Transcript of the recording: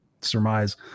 surmise